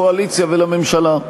לקואליציה ולממשלה.